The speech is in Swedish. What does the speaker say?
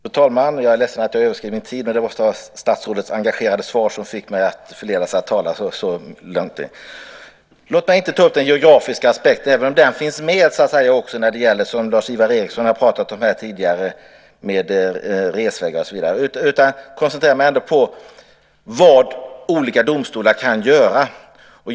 Fru talman! Jag är ledsen att jag överskred min tid, men det måste vara statsrådets engagerade svar som fick mig att förledas att tala så lång tid. Låt mig inte ta upp den geografiska aspekten även om den finns med också. Lars-Ivar Ericson har ju tidigare pratat om resvägar och så vidare. Jag vill koncentrera mig på vad olika domstolar kan göra.